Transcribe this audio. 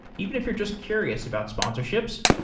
even if you're just curious about sponsorships,